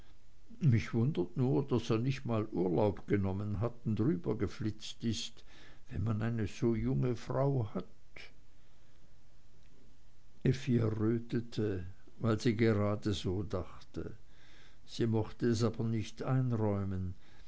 mich wundert nur daß er nicht mal urlaub genommen hat und rübergeflitzt ist wenn man eine so junge frau hat effi errötete weil sie geradeso dachte sie mochte es aber nicht einräumen